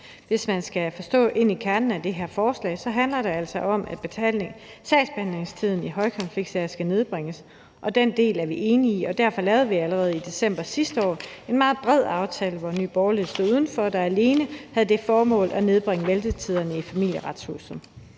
Hvis man skal forstå kernen af det her forslag, handler det altså om, at sagsbehandlingstiden i højkonfliktsager skal nedbringes. Den del er vi enige i, og derfor lavede vi allerede i december sidste år en meget bred aftale, som Nye Borgerlige stod uden for – en aftale, der alene havde det formål at nedbringe ventetiderne i Familieretshuset.